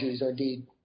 indeed